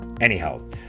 Anyhow